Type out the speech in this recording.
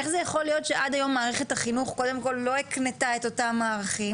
איך זה יכול להיות שעד היום מערכת החינוך לא הקנתה את אותם הערכים.